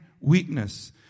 weakness